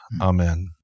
Amen